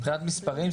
מבחינת מספרים,